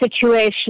situation